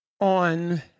on